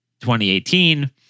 2018